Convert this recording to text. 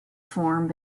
formed